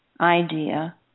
idea